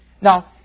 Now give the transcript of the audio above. Now